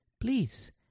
Please